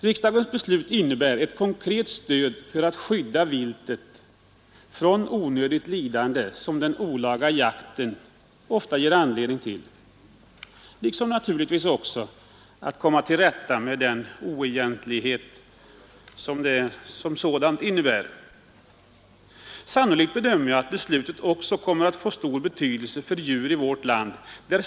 Beslutet kommer att innebära ett konkret stöd för att skydda viltet från det onödiga lidande i j Onsdagen den Sannolikt får beslutet också stor betydelse för de djurstammar i vårt 6 december 1972 som den olaga jakten ofta ger anledning till, och en möjlighet att komma till rätta med den oegentlighet som den olaga jakten som sådan är.